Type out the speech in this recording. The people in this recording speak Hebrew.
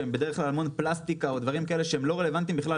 שהם בדרך כלל המון פלסטיקה או דברים כאלה שהם לא רלוונטיים בכלל,